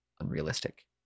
unrealistic